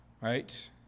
Right